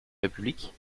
république